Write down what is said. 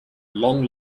long